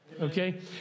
okay